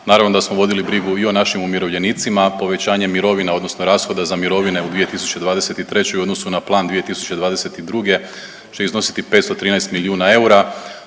Naravno da smo vodili brigu i o našim umirovljenicima povećanjem mirovina, odnosno rashoda za mirovine u 2023. u odnosu na plan 2022. će iznositi 513 milijuna eura.